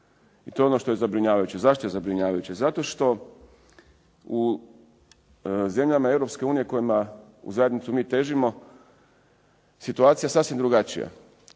I to je ono što je zabrinjavajuće. Zašto je zabrinjavajuće? Zato što u zemljama Europske unije kojima u zajednicu mi težimo, situacija sasvim drugačija.